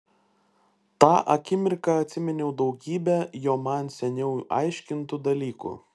tą akimirką atsiminiau daugybę jo man seniau aiškintų dalykų